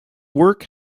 work